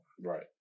Right